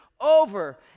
over